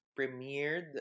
premiered